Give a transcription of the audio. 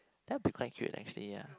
that will be quite cute actually ya